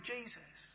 Jesus